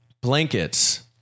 blankets